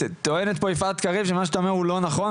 טוענת פה יפעת קריב שמה שאתה אומר הוא לא נכון,